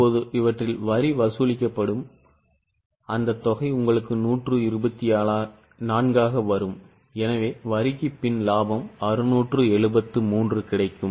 இப்போது இவற்றில் வரி வசூலிக்கப்படும் அந்த தொகை உங்களுக்கு 124 ஆகும் எனவே வரிக்குப் பின் லாபம் 673 கிடைக்கும்